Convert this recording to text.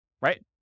right